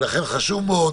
ולכן חשוב מאוד